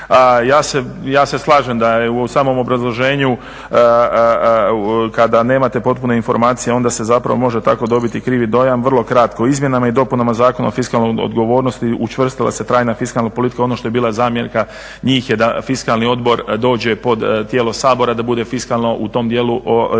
Ja se slažem da je u samom obrazloženju kada nemate potpune informacije onda se zapravo može tako dobiti krivi dojam. Vrlo kratko. O izmjenama i dopunama Zakona o fiskalnoj odgovornosti učvrstila se trajna fiskalna politika. Ono što je bila zamjerka njih je da fiskalni odbor dođe pod tijelo Sabora da bude fiskalno u tom dijelu i